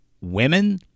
women